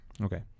Okay